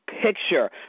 picture